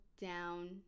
down